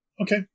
Okay